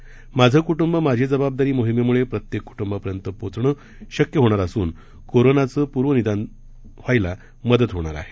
माझे कुटुंब माझी जबाबदारी मोहिमेमुळे प्रत्येक कुटुंबापर्यंत पोहोचणे शक्य होणार असून कोरोनाचे पूर्वनिदान होण्यास मदत होणार आहे